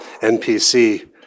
NPC